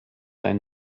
ein